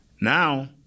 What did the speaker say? now